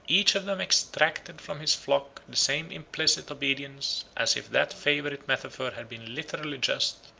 each of them exacted from his flock the same implicit obedience as if that favorite metaphor had been literally just,